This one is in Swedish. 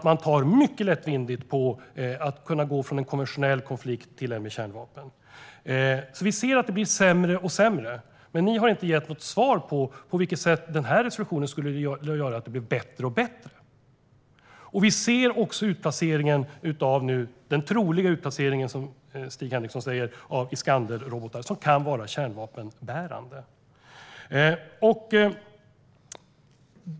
Man tar mycket lätt på att kunna gå från en konventionell konflikt till en med kärnvapen. Vi ser att det blir sämre och sämre, men ni har inte gett något svar på hur denna resolution skulle göra det bättre och bättre. Vi ser nu också utplaceringen - den troliga utplaceringen, som Stig Henriksson säger - av Iskanderrobotar, som kan vara kärnvapenbärande.